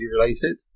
related